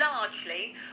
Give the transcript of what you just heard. largely